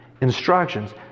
instructions